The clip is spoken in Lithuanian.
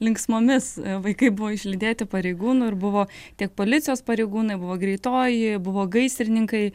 linksmomis vaikai buvo išlydėti pareigūnų ir buvo tiek policijos pareigūnai buvo greitoji buvo gaisrininkai